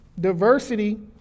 diversity